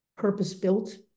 purpose-built